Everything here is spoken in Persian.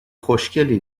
خوشگلی